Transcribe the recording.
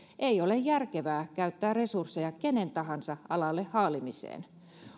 ei ole järkevää käyttää resursseja kenen tahansa alalle haalimiseen